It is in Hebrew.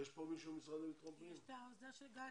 יש פה מישהו מהמשרד לבטחון פנים?